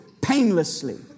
painlessly